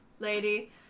lady